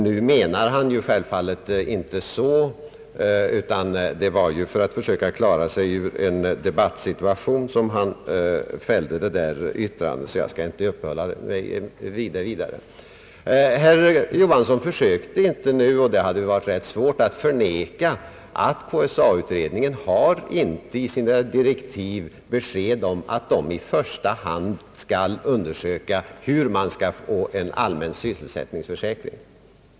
— Nu menade han självfallet inte så, utan det var för att söka klara sig ur en debattsituation som han fällde sitt yttrande, och därför skall jag inte uppehålla mig vid det längre. Herr Johansson försökte inte — och det hade ju varit rätt svårt — att förneka att KSA-utredningens direktiv icke innehåller att man i första hand skall undersöka hur vi kan få en allmän sysselsättningsförsäkring.